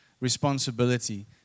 responsibility